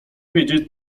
wiedzieć